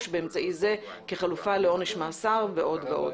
באמצעי זה כחלופה לעונש מאסר ועוד ועוד.